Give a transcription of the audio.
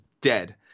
dead